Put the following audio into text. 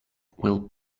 will